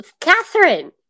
Catherine